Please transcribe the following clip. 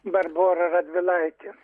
barbora radvilaitė